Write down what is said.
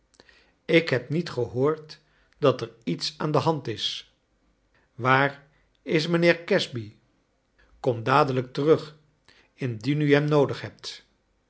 ik heb niet gehoord dat er iets aan de hand is waar is mijnheer casby komt dadelijk terug indien u hem noodig hebt